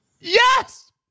Yes